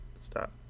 Stop